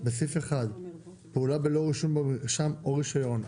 בסעיף 1 " פעולה בלא רישום במרשם או רישיון",